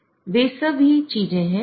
ये सब चीजें हैं